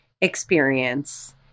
experience